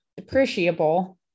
depreciable